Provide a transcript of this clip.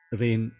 rain